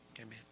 Amen